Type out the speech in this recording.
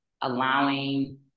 allowing